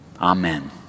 Amen